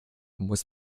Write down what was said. muss